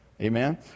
Amen